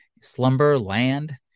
slumberland